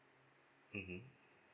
mmhmm